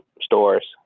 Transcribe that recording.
stores